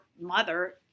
mother